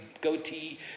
goatee